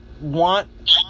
want